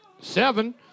seven